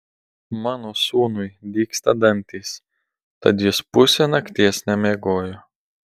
mano sūnui dygsta dantys tad jis pusę nakties nemiegojo